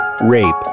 rape